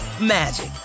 magic